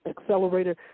Accelerator